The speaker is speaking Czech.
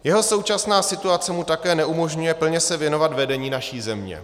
Jeho současná situace mu také neumožňuje se plně věnovat vedení naší země.